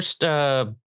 first